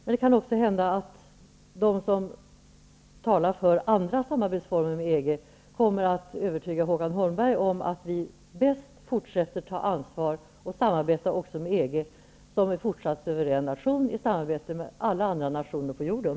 Det kan också hända att de som talar för andra samarbetsformer med EG kommer att övertyga Håkan Holmberg om att vi bäst tar vårt ansvar om vi som en suverän nation fortsätter att samarbeta med EG och alla andra nationer på jorden.